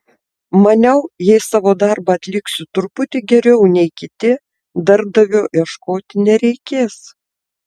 maniau jei savo darbą atliksiu truputį geriau nei kiti darbdavio ieškoti nereikės